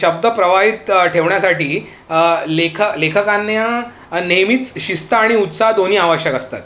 शब्द प्रवाहित ठेवण्यासाठी लेखक लेखकांना नेहमीच शिस्त आणि उत्साह दोन्ही आवश्यक असतात